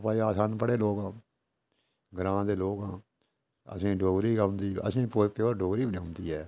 भाई अस अनपढ़ लोक ग्रांऽ दे लोक आं असेंगी डोगरी गै औंदी असेंगी प्योर डोगरी बी निं औंदी ऐ